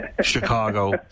Chicago